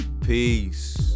peace